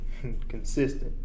consistent